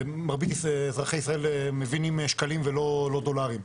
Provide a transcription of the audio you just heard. ומרבית אזרחי ישראל מבינים שקלים ולא דולרים.